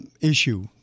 issue